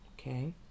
Okay